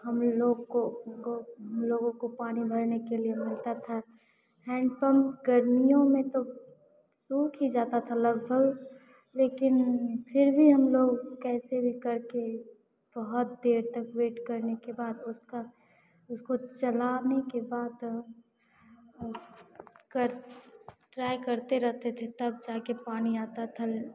हमी लोग को हम लोगों को पानी भरने के लिए मिलता था हैण्ड पम्प गर्मियों में तो सूख भी जाता था लगभग लेकिन फिर भी हम लोग कैसे भी करके बहुत देर तक वेट करने के बाद उसका उसको चलाने के बाद तब कर ट्राई करते रहते थे तब जा के पानी आता था